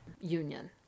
union